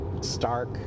stark